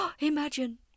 imagine